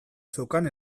zeukan